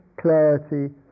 clarity